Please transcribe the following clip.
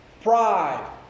Pride